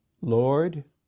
Lord